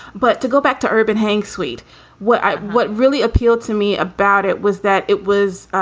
but to go back to urban hang suite were what really appealed to me about it was that it was